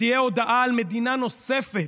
תהיה הודעה על מדינה נוספת,